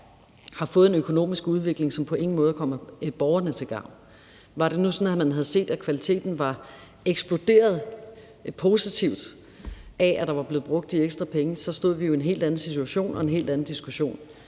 har fået en økonomisk udvikling, som på ingen måde kommer borgerne til gavn. Var det nu sådan, at man havde set, at kvaliteten var eksploderet positivt af, at der var blevet brugt de ekstra penge, stod vi jo i en helt anden situation og med en helt anden diskussion.